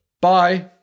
Bye